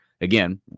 again